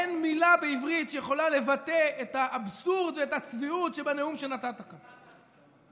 אין מילה בעברית שיכולה לבטא את האבסורד ואת הצביעות שבנאום שנתת כאן.